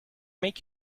make